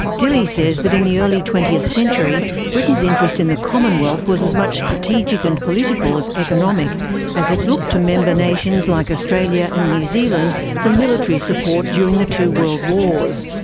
dilley says that in the early twentieth century britain's interest in the commonwealth was as much strategic and political as economic as it looked to member nations like australia and new zealand for military support during the two world wars.